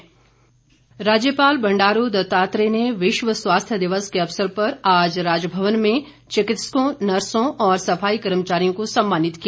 राज्यपाल राज्यपाल बंडारू दत्तात्रेय ने विश्व स्वास्थ्य दिवस के अवसर पर आज राजभवन में चिकित्सकों नर्सों और सफाई कर्मचारियों को सम्मानित किया